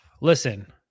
Listen